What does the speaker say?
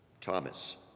Thomas